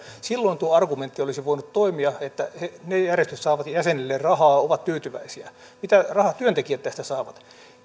silloin tuo argumentti olisi voinut toimia että ne järjestöt saavat jäsenilleen rahaa ja ovat tyytyväisiä mitä rahaa työntekijät tästä saavat